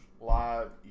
live